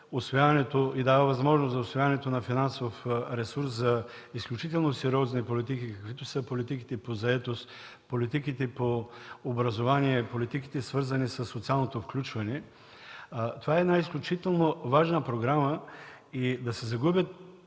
и дава възможност за усвояването на финансов ресурс за изключително сериозни политики, каквито са политиките по заетост, политиките по образование, политиките, свързани със социалното включване – е изключително важна програма и да се загубят